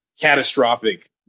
catastrophic